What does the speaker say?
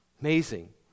Amazing